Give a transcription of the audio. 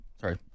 sorry